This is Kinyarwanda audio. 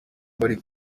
bari